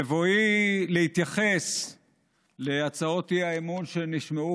בבואי להתייחס להצעות האי-אמון שנשמעו